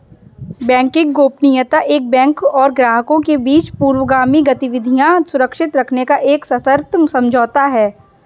banking गोपनीयता एक bank और ग्राहकों के बीच पूर्वगामी गतिविधियां सुरक्षित रखने का एक सशर्त समझौता है